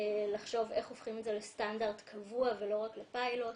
לחשוב איך הופכים את זה לסטנדרט קבוע ולא רק לפיילוט.